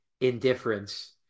indifference